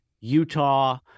Utah